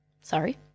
Sorry